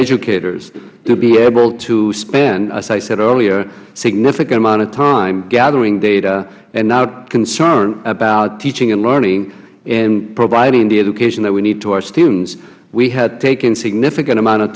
educators to be able to spend as i said earlier significant amount of time gathering data and our concern about teaching and learning and providing the education that we need to our students we had taken significant amount of